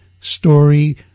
story